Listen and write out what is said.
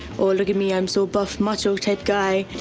oh look at me, i'm so buff muscle type guy.